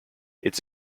its